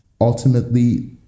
ultimately